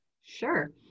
Sure